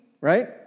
right